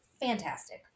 fantastic